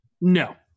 No